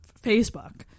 facebook